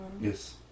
yes